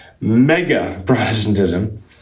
mega-Protestantism